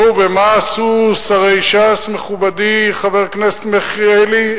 נו, ומה עשו שרי ש"ס, מכובדי חבר הכנסת מיכאלי?